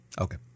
Okay